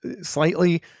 slightly